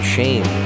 Shame